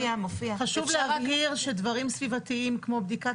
חשוב להבהיר שדברים סיבתיים כמו בדיקת